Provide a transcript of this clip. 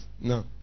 No